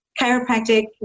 chiropractic